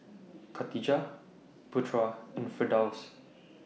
Khatijah Putra and Firdaus